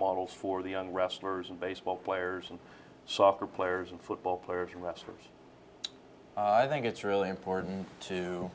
models for the young rescuers and baseball players and soccer players and football players wrestlers i think it's really important to